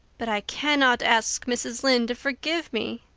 but i cannot ask mrs. lynde to forgive me.